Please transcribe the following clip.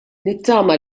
nittama